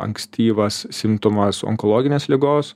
ankstyvas simptomas onkologinės ligos